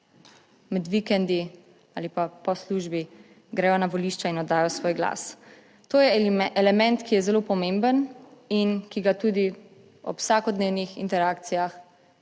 med vikendi ali pa po službi gredo na volišča in oddajo svoj glas. To je element, ki je zelo pomemben in ki ga tudi ob vsakodnevnih interakcijah